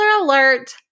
alert